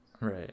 Right